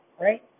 Right